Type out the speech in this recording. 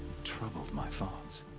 troubled my thoughts.